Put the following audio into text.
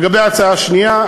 לגבי ההצעה השנייה.